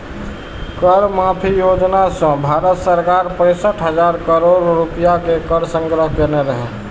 कर माफी योजना सं भारत सरकार पैंसठ हजार करोड़ रुपैया के कर संग्रह केने रहै